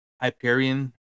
Hyperion